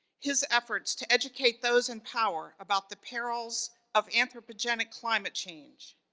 his efforts to educate those in power, about the perils of anthropogenic climate change,